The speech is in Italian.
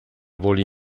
voli